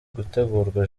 gutegurwa